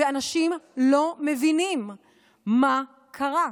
ואנשים לא מבינים מה קרה.